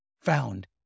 found